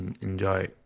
enjoy